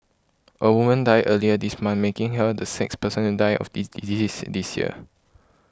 a woman died earlier this month making her the sixth person to die of the disease this year